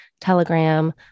Telegram